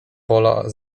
pola